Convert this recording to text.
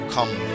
Come